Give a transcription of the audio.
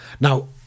now